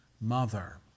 mother